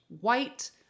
white